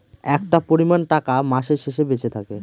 একটা পরিমান টাকা মাসের শেষে বেঁচে থাকে